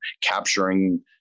capturing